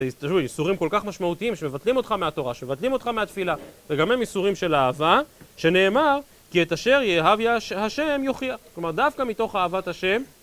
תשמעו, איסורים כל כך משמעותיים שמבטלים אותך מהתורה, שמבטלים אותך מהתפילה וגם הם איסורים של אהבה שנאמר כי את אשר יאהב השם יוכיח כלומר, דווקא מתוך אהבת השם